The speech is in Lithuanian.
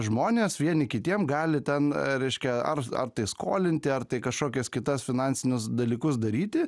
žmonės vieni kitiem gali ten reiškia ar ar tai skolinti ar tai kašokias kitas finansinius dalykus daryti